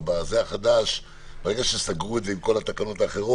אבל ברגע שסגרו את זה עם כל התקנות האחרות,